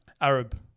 arab